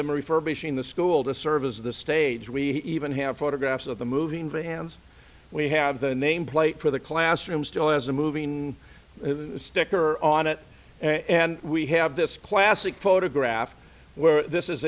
them refurbishing the school to serve as the stage we even have photographs of the moving vans we have the name plate for the classroom still has a moving sticker on it and we have this classic photograph where this is